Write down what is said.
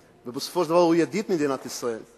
ובסופו של דבר הוא ידיד מדינת ישראל.